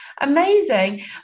Amazing